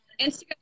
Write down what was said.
instagram